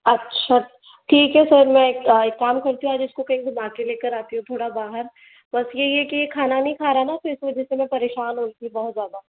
अच्छा ठीक है सर मैं एक एक काम करती हूँ आज इसको कहीं घुमा के लेकर आती हूँ थोड़ा बाहर बस यही है कि ये खाना नहीं खा रहा ना फ़िर इस वजह से मैं परेशान हो रही थी बहुत ज़्यादा